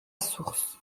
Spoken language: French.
source